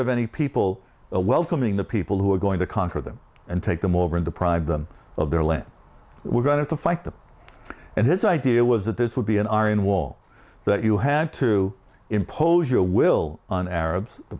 of any people a welcoming the people who are going to conquer them and take them over and deprive them of their land we're going to fight them and his idea was that this would be an aryan wall that you have to impose your will on arabs